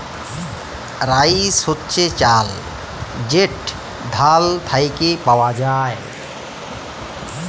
rice হছে চাল যেট ধাল থ্যাইকে পাউয়া যায়